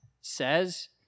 says